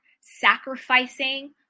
sacrificing